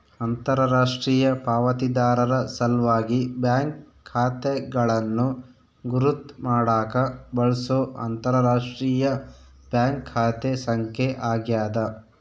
ಅಂತರರಾಷ್ಟ್ರೀಯ ಪಾವತಿದಾರರ ಸಲ್ವಾಗಿ ಬ್ಯಾಂಕ್ ಖಾತೆಗಳನ್ನು ಗುರುತ್ ಮಾಡಾಕ ಬಳ್ಸೊ ಅಂತರರಾಷ್ಟ್ರೀಯ ಬ್ಯಾಂಕ್ ಖಾತೆ ಸಂಖ್ಯೆ ಆಗ್ಯಾದ